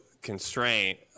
constraint